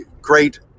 great